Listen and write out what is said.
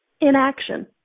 inaction